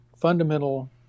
fundamental